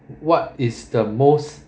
what is the most